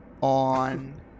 on